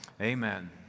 Amen